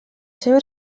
seva